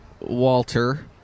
Walter